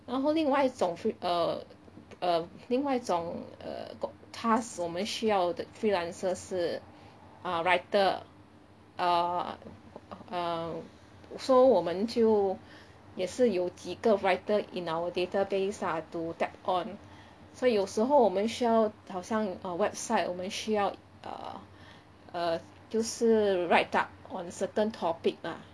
然后另外一种是 err err 另外一种 err got task 我们需要的 freelancer 是 uh writer err err so 我们就也是有几个 writer in our database ah to tap on 所以有时候我们需要好像 uh website 我们需要 err err 就是 write up on certain topic ah